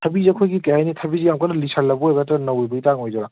ꯊꯕꯤꯁꯦ ꯑꯩꯈꯣꯏꯒꯤ ꯀꯩꯍꯥꯏꯅꯤ ꯊꯕꯤꯁꯦ ꯌꯥꯝ ꯀꯟꯅ ꯂꯤꯁꯤꯜꯂꯛꯄ ꯑꯣꯏꯒꯗ꯭ꯔꯥ ꯅꯠꯇ꯭ꯔ ꯅꯧꯔꯤꯕꯒꯤ ꯆꯥꯡ ꯑꯣꯏꯗꯣꯏꯔ